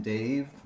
Dave